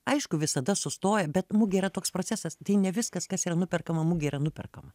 aišku visada sustoja bet mugė yra toks procesas tai ne viskas kas yra nuperkama mugėj yra nuperkama